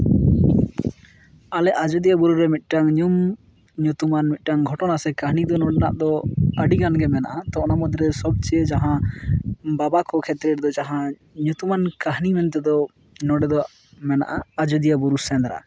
ᱟᱞᱮ ᱟᱡᱳᱫᱤᱭᱟᱹ ᱵᱩᱨᱩ ᱨᱮ ᱢᱤᱫᱴᱟᱝ ᱧᱩᱢ ᱧᱩᱛᱩᱢᱟᱱ ᱢᱤᱫᱴᱟᱝ ᱜᱷᱚᱴᱚᱱᱟ ᱥᱮ ᱠᱟᱹᱦᱱᱤ ᱫᱚ ᱱᱚᱰᱮᱱᱟᱜ ᱫᱚ ᱟᱹᱰᱤᱜᱟᱱ ᱜᱮ ᱢᱮᱱᱟᱜᱼᱟ ᱛᱚ ᱚᱱᱟ ᱢᱩᱫᱽᱨᱮ ᱥᱚᱵᱪᱮᱭᱮ ᱡᱟᱦᱟᱸ ᱵᱟᱵᱟ ᱠᱚ ᱠᱷᱮᱛᱨᱮ ᱨᱮᱫᱚ ᱡᱟᱦᱟᱸ ᱧᱩᱛᱩᱢᱟᱱ ᱠᱟᱹᱦᱱᱤ ᱢᱮᱱᱛᱮᱫᱚ ᱱᱚᱰᱮ ᱫᱚ ᱢᱮᱱᱟᱜᱼᱟ ᱟᱡᱳᱫᱤᱭᱟᱹ ᱵᱩᱨᱩ ᱥᱮᱸᱫᱽᱨᱟ